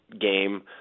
game